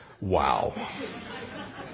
wow